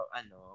ano